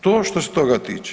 To što se toga tiče.